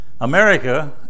America